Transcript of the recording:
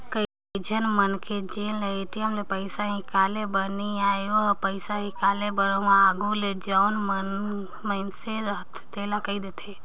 कइझन मनखे जेन ल ए.टी.एम ले पइसा हिंकाले बर नी आय ओ ह पइसा हिंकाले बर उहां आघु ले जउन मइनसे रहथे तेला कहि देथे